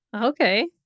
Okay